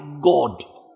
God